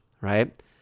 right